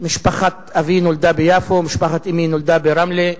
משפחת אבי נולדה ביפו ומשפחת אמי נולדה ברמלה.